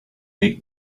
make